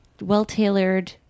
well-tailored